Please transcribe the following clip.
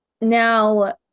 Now